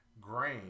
grain